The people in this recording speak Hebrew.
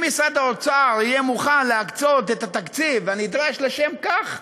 אם משרד האוצר יהיה מוכן להקצות את התקציב הנדרש לשם כך,